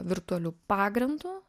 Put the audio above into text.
virtualiu pagrindu